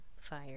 fire